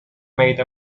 made